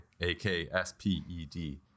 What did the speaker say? A-K-S-P-E-D